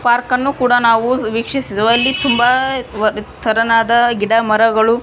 ಪಾರ್ಕನ್ನು ಕೂಡ ನಾವು ವೀಕ್ಷಿಸಿದೆವು ಅಲ್ಲಿ ತುಂಬ ವ್ ಥರವಾದ ಗಿಡಮರಗಳು